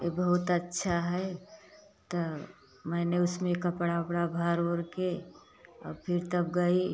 ये बहुत अच्छा है तो मैंने उसमें कपड़ा ओपड़ा भर ओर के और फिर तब गई